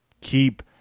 keep